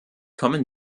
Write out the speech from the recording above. kommen